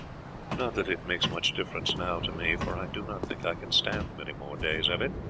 not that it makes much difference now to me, for i do not think i can stand many more days of it.